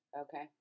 Okay